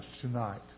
tonight